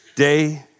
day